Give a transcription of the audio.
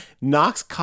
knocks